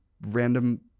random